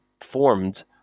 formed